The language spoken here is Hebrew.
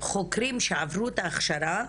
חוקרים שעברו את ההכשרה,